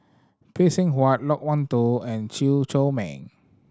Phay Seng Whatt Loke Wan Tho and Chew Chor Meng